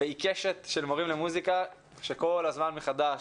ועיקשת של מורים למוסיקה שכל הזמן מחדש